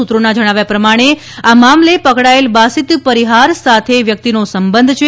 સૂત્રોના જણાવ્યા પ્રમાણે આ મામલે પકડાયેલ બાસિત પરિહાર સાથે વ્યક્તિનો સંબંધ છે